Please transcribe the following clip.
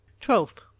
twelfth